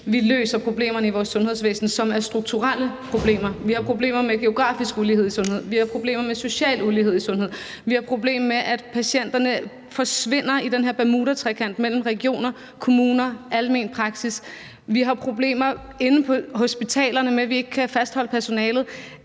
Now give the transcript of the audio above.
vi løser problemerne i vores sundhedsvæsen, som er strukturelle problemer. Vi har problemer med geografisk ulighed i sundhed. Vi har problemer med social ulighed i sundhed. Vi har problemer med, at patienterne forsvinder i den her bermudatrekant mellem regioner, kommuner og almen praksis. Vi har problemer inde på hospitalerne med, at vi ikke kan fastholde personalet.